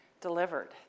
delivered